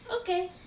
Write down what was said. Okay